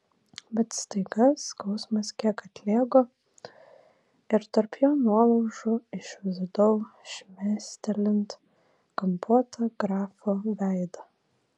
bet staiga skausmas kiek atlėgo ir tarp jo nuolaužų išvydau šmėstelint kampuotą grafo veidą